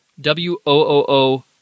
W-O-O-O